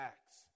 Acts